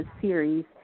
series